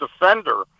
defender